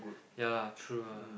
ya lah true lah